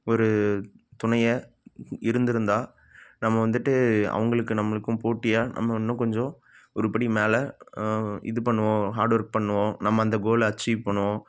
ஒரு துணையை இருந்திருந்தால் நம்ம வந்துவிட்டு அவங்களுக்கும் நம்மளுக்கும் போட்டியாக நம்ம இன்னும் கொஞ்சம் ஒரு படி மேலே இது பண்ணுவோம் ஹார்டுஒர்க் பண்ணுவோம் நம்ம அந்த கோலை அச்சீவ் பண்ணுவோம்